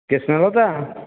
କିଏ ସ୍ନେହଲତା